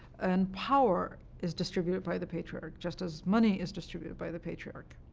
and power is distributed by the patriarch, just as money is distributed by the patriarch.